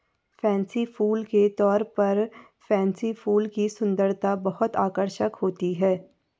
fancy फूल के तौर पर पेनसी फूल की सुंदरता बहुत आकर्षक होती है